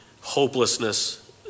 hopelessness